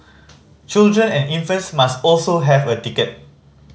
children and infants must also have a ticket